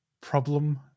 Problem